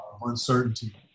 uncertainty